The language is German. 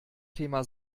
thema